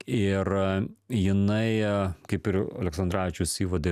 ir jinai kaip ir aleksandravičius įvade